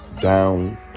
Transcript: down